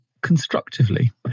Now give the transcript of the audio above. Constructively